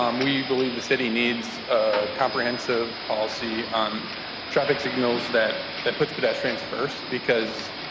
um we believe the city needs a comprehensive policy on traffic signals that that puts pedestrians first. because